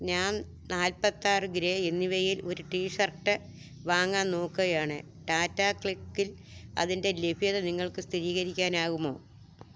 ഞാൻ നാല്പത്താറ് ഗ്രേ എന്നിവയിൽ ഒരു ടിഷർട്ട് വാങ്ങാൻ നോക്കുകയാണ് ടാറ്റ ക്ലിക്കിൽ അതിൻ്റെ ലഭ്യത നിങ്ങൾക്ക് സ്ഥിരീകരിക്കാനാകുമോ